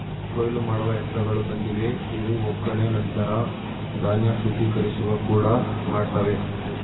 ಕೊಯ್ಲು ಮಾಡುವ ಯಂತ್ರಗಳು ಬಂದಿವೆ ಇವು ಒಕ್ಕಣೆ ನಂತರ ಧಾನ್ಯ ಶುದ್ಧೀಕರಿಸುವ ಕೂಡ ಮಾಡ್ತವೆ